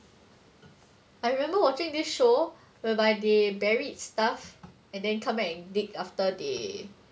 I remember watching this show whereby they buried stuff and then come back and dig after they